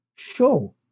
show